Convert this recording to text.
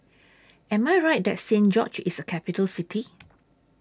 Am I Right that Saint George's IS A Capital City